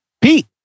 Pete